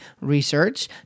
research